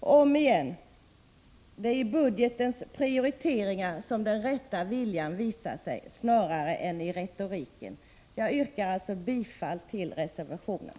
Och om igen: Det är i budgetens prioriteringar som den 19 mars 1986 rätta viljan visar sig snarare än i retoriken. Jag yrkar alltså bifall till reservationen.